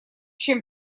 чем